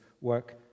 work